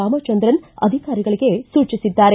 ರಾಮಚಂದ್ರನ್ ಅಧಿಕಾರಿಗಳಗೆ ಸೂಚಿಸಿದ್ದಾರೆ